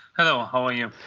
hello, how are you?